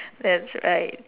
that's right